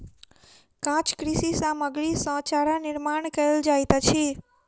काँच कृषि सामग्री सॅ चारा निर्माण कयल जाइत अछि